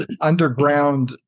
underground